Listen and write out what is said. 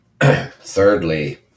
Thirdly